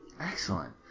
Excellent